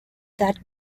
that